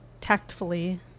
tactfully